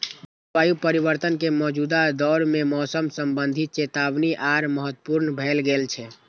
जलवायु परिवर्तन के मौजूदा दौर मे मौसम संबंधी चेतावनी आर महत्वपूर्ण भए गेल छै